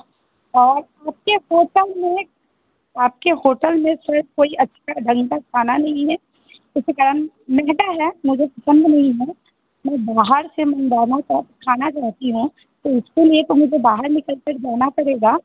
आपके होटल में आपके होटल में सर कोई अच्छा ढंग का खाना नहीं है जिसे क्या मिलता है मुझे पसंद नहीं है मैं बाहर से मंगाना चाह खाना चाहती हूँ तो उसके लिए मुझे बाहर निकल कर जाना पड़ेगा